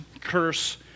curse